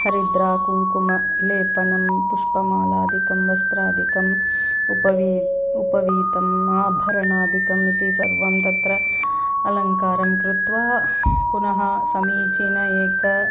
हरिद्रा कुङ्कुमलेपनं पुष्पमालादिकं वस्त्रादिकम् उपवी उपवीतम् आभरणादिकम् इति सर्वं तत्र अलङ्कारं कृत्वा पुनः समीचीनम् एकम्